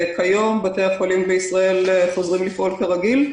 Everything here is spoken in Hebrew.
כיום בתי החולים בישראל חוזרים לפעול כרגיל,